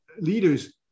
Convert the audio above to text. leaders